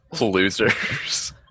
losers